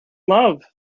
love